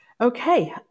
Okay